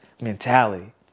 mentality